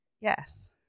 Yes